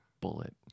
Bullet